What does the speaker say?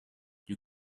you